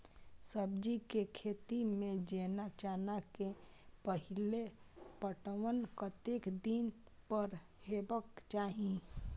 सब्जी के खेती में जेना चना के पहिले पटवन कतेक दिन पर हेबाक चाही?